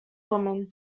woman